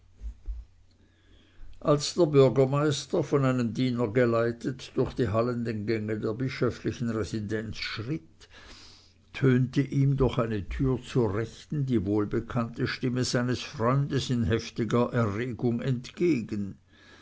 als der bürgermeister von einem diener geleitet durch die hallenden gänge der bischöflichen residenz schritt tönte ihm durch eine türe zur rechten die wohlbekannte stimme seines freundes in heftiger erregung entgegen